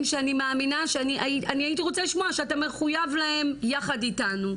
שאני מאמינה שהייתי רוצה לשמוע שאתה מחויב להם ביחד איתנו.